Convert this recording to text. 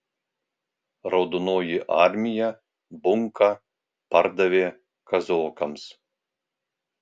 raudonoji armija bunką pardavė kazokams